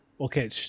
Okay